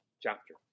chapter